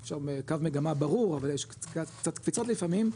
יש שם קו מגמה ברור אבל יש קצת קפיצות לפעמים,